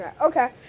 Okay